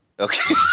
okay